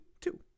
Two